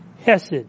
Hesed